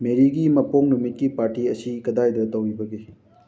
ꯃꯦꯔꯤꯒꯤ ꯃꯄꯣꯛ ꯅꯨꯃꯤꯠꯀꯤ ꯄꯥꯔꯇꯤ ꯑꯁꯤ ꯀꯗꯥꯏꯗ ꯇꯧꯕꯤꯕꯒꯦ